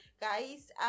guys